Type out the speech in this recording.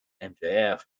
MJF